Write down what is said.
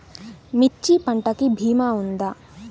మిర్చి పంటకి భీమా ఉందా?